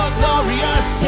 glorious